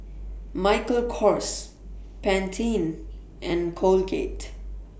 Michael Kors Pantene and Colgate